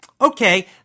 okay